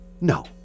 No